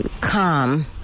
calm